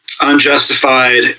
unjustified